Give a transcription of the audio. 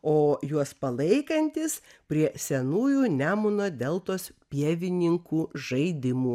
o juos palaikantys prie senųjų nemuno deltos pievininkų žaidimų